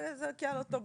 זה על אותו בסיס,